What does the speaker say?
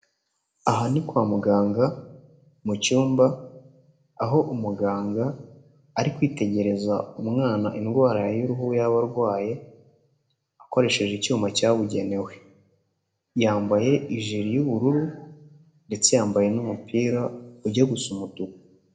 Aha ni kwa muganga, mu cyumba, aho umuganga ari kwitegereza umwana indwara y'uruhu yaba arwaye, akoresheje icyuma cyabugenewe. Yambaye ijiri y'ubururu, ndetse yambaye n'umupira ujya gusa umutuku.